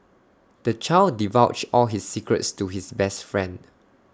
the child divulged all his secrets to his best friend